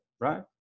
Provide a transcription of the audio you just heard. right